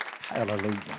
Hallelujah